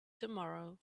tomorrow